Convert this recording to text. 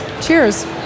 Cheers